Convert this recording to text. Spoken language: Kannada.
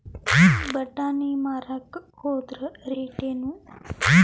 ಬಟಾನಿ ಮಾರಾಕ್ ಹೋದರ ರೇಟೇನು?